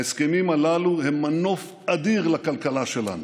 ההסכמים הללו הם מנוף אדיר לכלכלה שלנו,